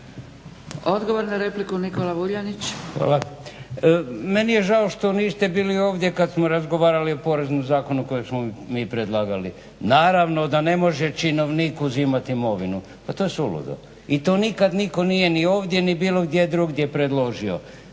- Stranka rada)** Hvala. Meni je žao što niste bili ovdje kada smo razgovarali o Poreznom zakonu kojeg smo mi predlagali. Naravno da ne može činovnik uzimati imovinu. Pa to je suludo i to nikad nitko nije ni ovdje ni bilo gdje drugdje predložio.